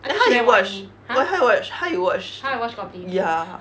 ah then how you watch wh~ how you watch how you watch ya